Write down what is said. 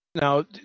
Now